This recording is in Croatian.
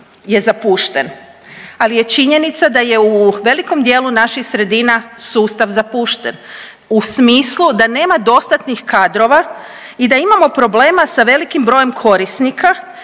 ali je činjenica da je u velikom dijelu naših sredina sustav zapušten u smislu da nema dostatnih kadrova i da imamo problema sa velikim brojem korisnika,